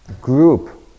group